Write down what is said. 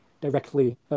directly